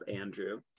Andrew